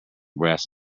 brass